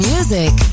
Music